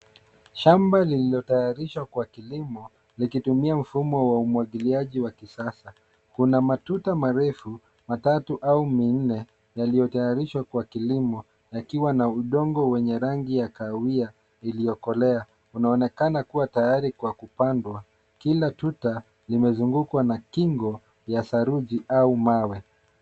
Shamba lililotayarishwa kwa kilimo likitumia mfumo wa umwagiliaji wa kisasa. Kuna matunda marefu matatu au manne yaliyotayarishwa kwa kilimo yakiwa na udongo wenye rangi ya kahawia iliyokolea unaonekana kuwa tayari kwa kupandwa kila kuta limezungukwa na kingo ya saruji au mawe.